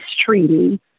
treaty